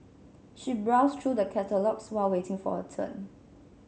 she browsed through the catalogues while waiting for her turn